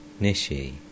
Nishi